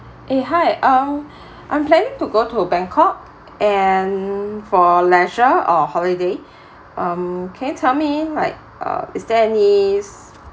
eh hi um I'm planning to go to uh bangkok uh and for leisure or holiday um can you tell me like uh is there any